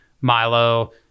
Milo